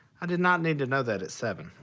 i did not need to know that at seven.